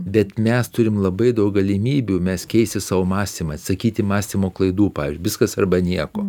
bet mes turim labai daug galimybių mes keisti savo mąstymą atsisakyti mąstymo klaidų pavyzdžiui viskas arba nieko